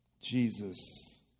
Jesus